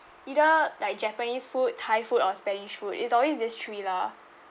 either like japanese food thai food or spanish food it's always these three lah